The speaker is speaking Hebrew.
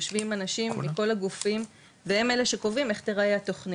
יושבים אנשים מכל הגופים והם אלה שקובעים איך תיראה התוכנית,